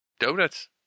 donuts